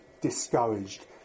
discouraged